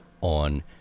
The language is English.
on